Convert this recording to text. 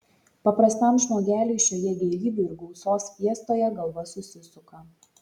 paprastam žmogeliui šioje gėrybių ir gausos fiestoje galva susisuka